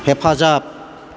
हेफाजाब